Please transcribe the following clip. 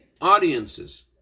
audiences